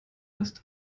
ist